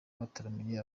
bataramiye